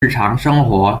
日常生活